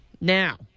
Now